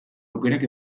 aukerak